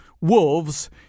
wolves